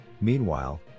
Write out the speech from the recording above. Meanwhile